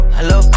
Hello